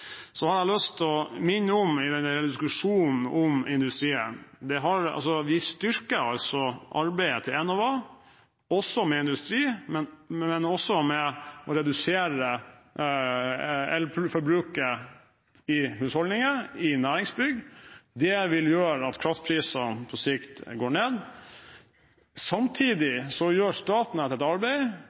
Så virkelighetsbeskrivelsen stemmer ikke helt, og landbruksministeren får svare på spørsmål om akkurat det ene instrumentet som det nå er blitt endret på. Jeg har også lyst til å minne om – i diskusjonen om industrien – at vi styrker arbeidet til Enova i forhold til industri, men også når det gjelder å redusere elforbruket i husholdninger og næringsbygg. Det vil gjøre at kraftprisene på